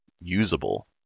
usable